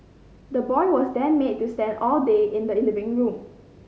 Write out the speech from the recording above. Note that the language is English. the boy was then made to stand all day in the living room